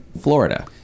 Florida